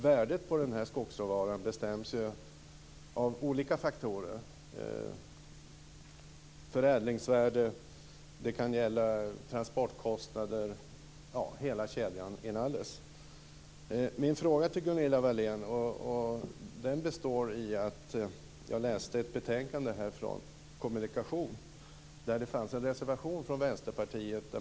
Värdet på den skogsråvaran bestäms av olika faktorer, förädlingsvärde, transportkostnader - Min fråga till Gunilla Wahlén uppstod när jag läste ett betänkande om kommunikationer där det finns en reservation från Vänsterpartiet.